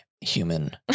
human